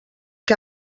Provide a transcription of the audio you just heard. que